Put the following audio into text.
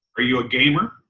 are you a gamer?